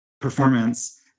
performance